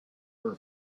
her